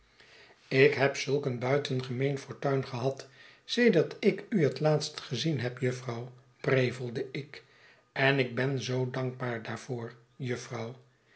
ik heb zulk een buitengemeen fortuin gehad sedert ik u het laatst gezien heb jufvrouw prevelde ik en ik ben zoo dankbaar daarvoor